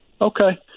Okay